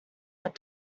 but